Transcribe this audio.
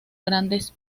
grandes